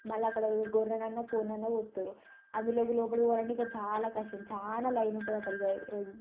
మళ్ళీ అక్కడ ఏ గొర్రెనైనా కోడినైనా కోస్తారు అందులోకి లోపలికి పోవాలంటే ఇంకా చాలా కష్టం చాలా లైన్ ఉంటుంది అక్కడికే